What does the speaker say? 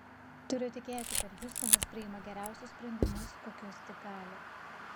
turiu tikėti kad hiustonas priima geriausius sprendimus kokius tik gali